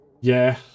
Yeah